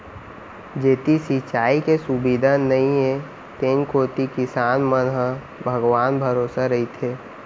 जेती सिंचाई के सुबिधा नइये तेन कोती किसान मन ह भगवान भरोसा रइथें